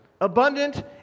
abundant